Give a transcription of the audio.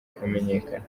amenyekana